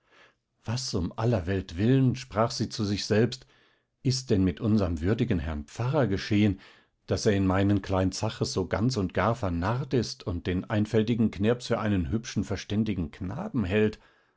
was um aller welt willen sprach sie zu sich selbst ist denn mit unserm würdigen herrn pfarrer geschehen daß er in meinen klein zaches so ganz und gar vernarrt ist und den einfältigen knirps für einen hübschen verständigen knaben hält